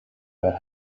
about